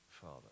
Father